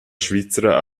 svizra